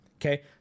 okay